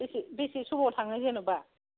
बेसे बेसे समाव थांनो जेन'बा